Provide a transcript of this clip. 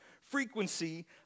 Frequency